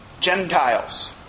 Gentiles